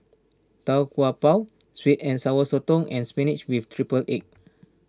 Tau Kwa Pau Sweet and Sour Sotong and Spinach with Triple Egg